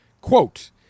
Quote